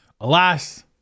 alas